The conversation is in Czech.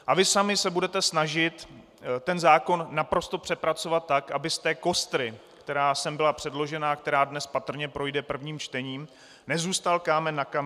A vy sami se budete snažit zákon naprosto přepracovat tak, aby z kostry, která sem byla předložena a která dnes patrně projde prvním čtením, nezůstal kámen na kameni.